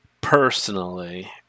Personally